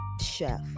chef